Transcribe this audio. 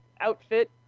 outfit